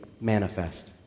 manifest